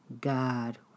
God